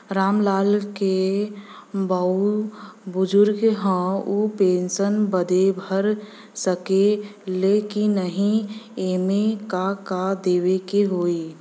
राम लाल के बाऊ बुजुर्ग ह ऊ पेंशन बदे भर सके ले की नाही एमे का का देवे के होई?